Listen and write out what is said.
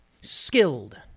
skilled